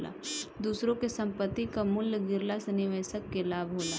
दूसरा के संपत्ति कअ मूल्य गिरला से निवेशक के लाभ होला